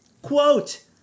Quote